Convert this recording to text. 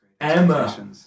Emma